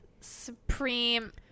Supreme